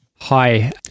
Hi